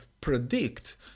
predict